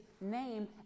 name